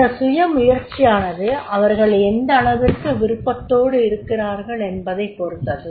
அந்த சுய முயற்சியானது அவர்கள் எந்த அளவிற்கு விருப்பத்தோடு இருக்கிறார்கள் என்பதைப் பொருத்தது